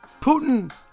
Putin